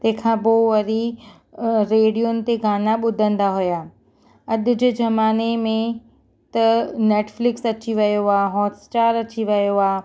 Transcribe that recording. तंहिं खां पोइ वरी रेडीओं ते गाना ॿुधंदा हुया अॼु जे ज़माने में त नेटफ्लिक्स अची वियो आहे हॉटस्टार अची वियो आहे